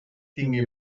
tingui